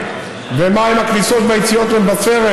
ומה עם הכניסות והיציאות למבשרת.